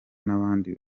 nabandi